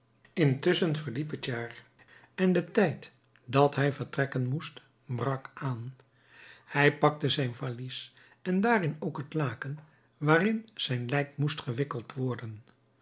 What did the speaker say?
intusschen verliep het jaar en de tijd dat hij vertrekken moest brak aan hij pakte zijn valies en daarin ook het laken waarin zijn lijk moest gewikkeld worden